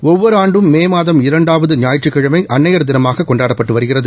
ஒவ்வொரு ஆண்டும் இரண்டாவது ஞாயிற்றுக்கிழமை அன்னையர்தினம் கொண்டாடப்பட்டு வருகிறது